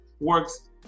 works